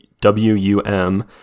w-u-m